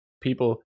people